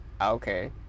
okay